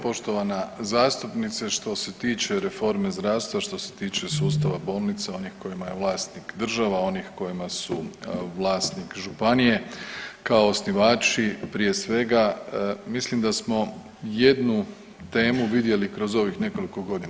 Poštovana zastupnice, što se tiče reforme zdravstva, što se tiče sustava bolnica onih kojima je vlasnik država, onih kojima su vlasnik županije kao osnivači prije svega mislim da smo jednu temu vidjeli kroz ovih nekoliko godina.